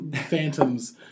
phantoms